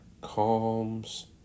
calms